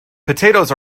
potatoes